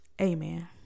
Amen